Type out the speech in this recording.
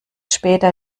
später